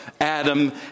Adam